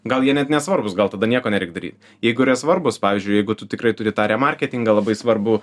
gal jie net nesvarbūs gal tada nieko nereik daryt jeigu yra svarbūs pavyzdžiui jeigu tu tikrai turi tą remarketingą labai svarbų